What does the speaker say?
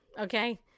okay